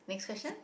next question